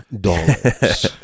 dollars